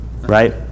Right